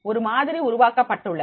ஒரு மாதிரி உருவாக்கப்பட்டுள்ளது